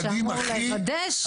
טלפונית ובפגישות,